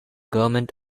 government